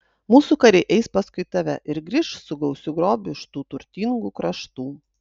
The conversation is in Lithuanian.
mūsų kariai eis paskui tave ir grįš su gausiu grobiu iš tų turtingų kraštų